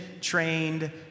trained